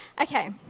Okay